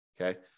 okay